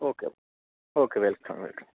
okay okay okay welcome